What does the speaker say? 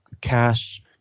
cash